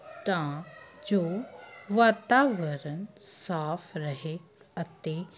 ਤਾਂ ਜੋ ਵਾਤਾਵਰਨ ਸਾਫ਼ ਰਹੇ ਅਤੇ